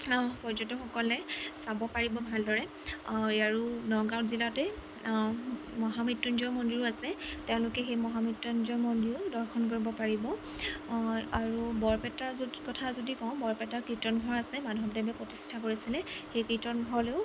পৰ্যটকসকলে চাব পাৰিব ভালদৰে আৰু নগাঁও জিলাতে মহা মৃত্যুঞ্জয় মন্দিৰো আছে তেওঁলোকে সেই মহা মৃত্যুঞ্জয় মন্দিৰো দৰ্শন কৰিব পাৰিব আৰু বৰপেটাৰ কথা যদি কওঁ বৰপেটা কীৰ্তনঘৰ আছে মাধৱদেৱে প্ৰতিষ্ঠা কৰিছিলে সেই কীৰ্তনঘৰলৈও